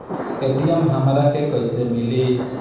ATM हमरा के कइसे मिली?